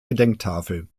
gedenktafel